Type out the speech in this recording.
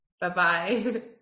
Bye-bye